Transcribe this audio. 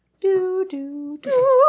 Do-do-do